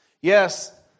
Yes